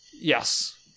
Yes